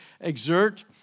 exert